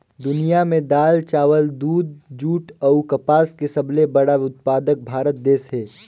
दुनिया में दाल, चावल, दूध, जूट अऊ कपास के सबले बड़ा उत्पादक भारत देश हे